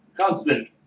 constant